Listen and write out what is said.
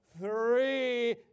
three